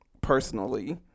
personally